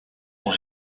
sont